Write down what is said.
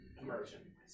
Immersion